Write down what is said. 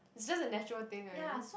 it's just a natural thing right